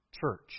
church